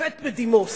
שופט בדימוס,